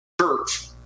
church